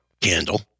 candle